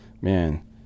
man